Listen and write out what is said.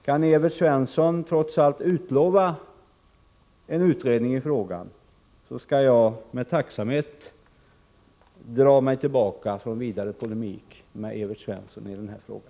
Kan Evert Svensson trots allt utlova en utredning i frågan, skall jag med tacksamhet dra mig tillbaka från vidare polemik med Evert Svensson i den här frågan.